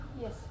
Yes